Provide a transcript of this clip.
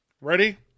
Ready